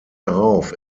darauf